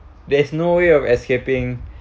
there is no way of escaping